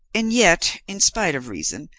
and yet, in spite of reason,